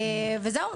וזהו.